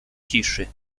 ciszy